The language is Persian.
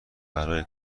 برای